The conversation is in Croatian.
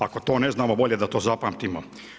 Ako to ne znamo, bolje da to zapamtimo.